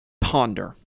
ponder